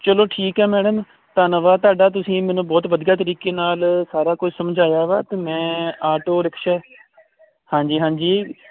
ਚਲੋ ਠੀਕ ਹੈ ਮੈਡਮ ਧੰਨਵਾਦ ਤੁਹਾਡਾ ਤੁਸੀਂ ਮੈਨੂੰ ਬਹੁਤ ਵਧੀਆ ਤਰੀਕੇ ਨਾਲ ਸਾਰਾ ਕੁਝ ਸਮਝਾਇਆ ਵਾ ਤੇ ਮੈਂ ਆਟੋ ਰਿਕਸ਼ਾ ਹਾਂਜੀ ਹਾਂਜੀ